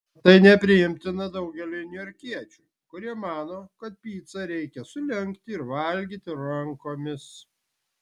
o tai nepriimtina daugeliui niujorkiečių kurie mano kad picą reikia sulenkti ir valgyti rankomis